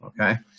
Okay